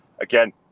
again